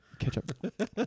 Ketchup